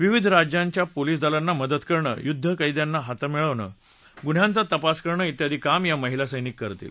विविध राज्यांच्या पोलीस दलांना मदत करणं युद्धवैद्यांना हाताळणं गुन्हयांचा तपास करणं उ्यादी काम या महिला सैनिक करतील